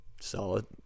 Solid